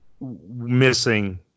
missing